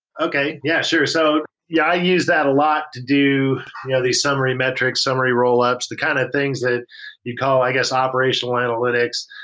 okay. yeah, sure. so yeah, i use that a lot to do you know these summary metrics, summary rollups, the kind of things that you call i guess operational analytics.